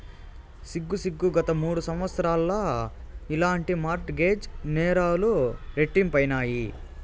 సిగ్గు సిగ్గు, గత మూడు సంవత్సరాల్ల ఇలాంటి మార్ట్ గేజ్ నేరాలు రెట్టింపైనాయి